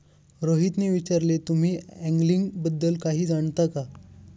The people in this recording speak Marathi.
रोहितने विचारले, तुम्ही अँगलिंग बद्दल काही जाणता का?